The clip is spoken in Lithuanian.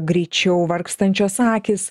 greičiau vargstančios akys